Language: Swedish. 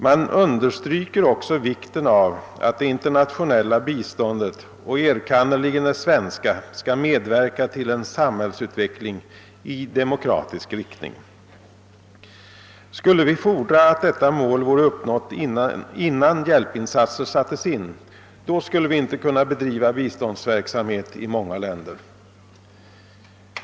Man understryker också vikten av att det internationella biståndet och enkannerligen det svenska skall medverka till en samhällsutveckling i demokratisk riktning. Skulle vi fordra att detta mål vore uppnått innan hjälpinsatser sattes in, då skulle vi inte kunna bedriva biståndsverksamhet i många länder.